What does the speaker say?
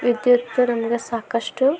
ವಿದ್ಯುತ್ ನಮಗೆ ಸಾಕಷ್ಟು